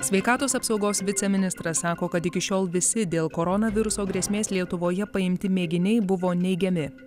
sveikatos apsaugos viceministras sako kad iki šiol visi dėl koronaviruso grėsmės lietuvoje paimti mėginiai buvo neigiami